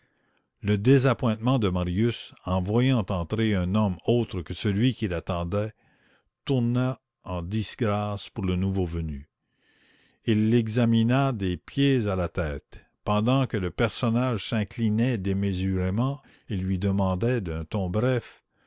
le désappointement de marius en voyant entrer un homme autre que celui qu'il attendait tourna en disgrâce pour le nouveau venu il l'examina des pieds à la tête pendant que le personnage s'inclinait démesurément et lui demanda d'un ton bref